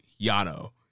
Yano